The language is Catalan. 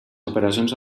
operacions